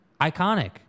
iconic